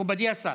מכובדי השר.